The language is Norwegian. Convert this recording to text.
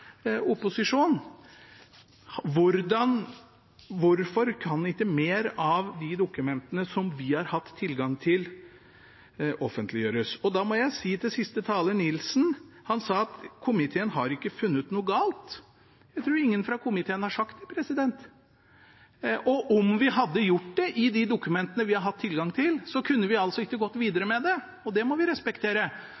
opposisjonen er hvorfor ikke mer av de dokumentene som vi har hatt tilgang til, offentliggjøres. Da må jeg si til siste taler, representanten Nilsen, som sa at komiteen ikke har funnet noe galt: Det tror jeg ingen fra komiteen har sagt. Og om vi hadde funnet noe galt i de dokumentene vi har hatt tilgang til, kunne vi ikke gått videre